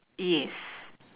yes